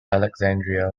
alexandria